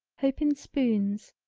hope in spoons,